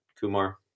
Kumar